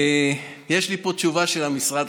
יש לי פה תשובה של המשרד,